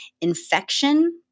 infection